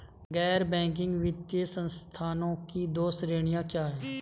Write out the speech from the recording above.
गैर बैंकिंग वित्तीय संस्थानों की दो श्रेणियाँ क्या हैं?